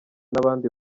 n’abandi